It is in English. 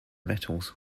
metals